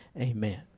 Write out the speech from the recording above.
Amen